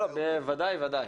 בוודאי.